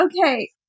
Okay